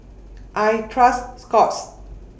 I Trust Scott's